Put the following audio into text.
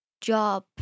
job